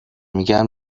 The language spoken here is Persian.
میگن